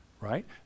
right